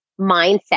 mindset